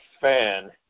fan